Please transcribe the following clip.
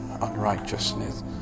unrighteousness